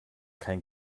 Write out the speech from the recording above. kein